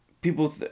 people